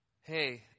Hey